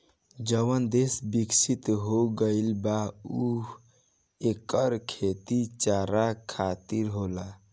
जवन देस बिकसित हो गईल बा उहा एकर खेती चारा खातिर होला